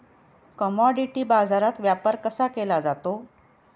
Commodity बाजारात व्यापार कसा केला जातो?